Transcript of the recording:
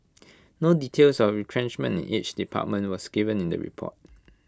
no details of retrenchment in each department was given in the report